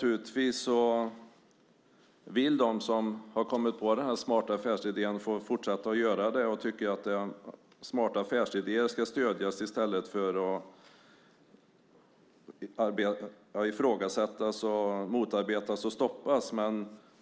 Givetvis vill de som kommit på den smarta affärsidén fortsätta att använda sig av den och tycker att en smart affärsidé ska stödjas i stället för att ifrågasättas, motarbetas och stoppas.